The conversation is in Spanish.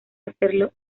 hacerlo